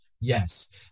Yes